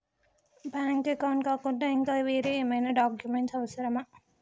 Bank account కాకుండా ఇంకా వేరే ఏమైనా డాక్యుమెంట్స్ అవసరమా?